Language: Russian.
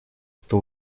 кто